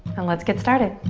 and let's get started.